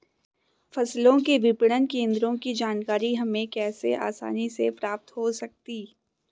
फसलों के विपणन केंद्रों की जानकारी हमें कैसे आसानी से प्राप्त हो सकती?